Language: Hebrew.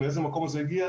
מאיזה מקום זה הגיע,